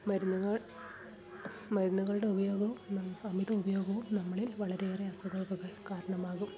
മരുന്നുകൾ മരുന്നുകളുടെ ഉപയോഗം നമുക്ക് അമിത ഉപയോഗവും നമ്മളിൽ വളരേയേറെ അസുഖങ്ങൾക്ക് കാരണമാകും